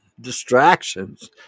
distractions